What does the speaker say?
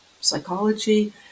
psychology